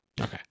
Okay